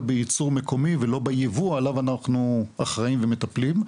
בייצור מקומי ולא בייבוא עליו אנחנו אחראים ומטפלים,